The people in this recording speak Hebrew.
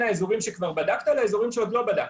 האזורים שכבר בדקת לאזורים שעוד לא בדקת,